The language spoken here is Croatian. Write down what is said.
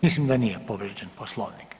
Mislim da nije povrijeđen Poslovnik.